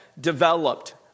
developed